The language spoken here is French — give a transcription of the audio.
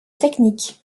technique